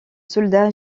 soldats